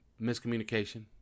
Miscommunication